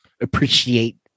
Appreciate